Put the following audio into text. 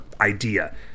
idea